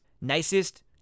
Nicest